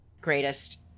greatest